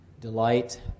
delight